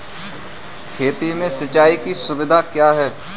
खेती में सिंचाई की सुविधा क्या है?